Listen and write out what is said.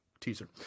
teaser